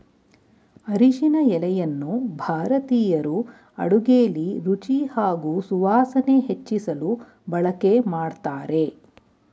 ಅರಿಶಿನ ಎಲೆಯನ್ನು ಭಾರತೀಯರು ಅಡುಗೆಲಿ ರುಚಿ ಹಾಗೂ ಸುವಾಸನೆ ಹೆಚ್ಚಿಸಲು ಬಳಕೆ ಮಾಡ್ತಾರೆ